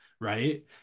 right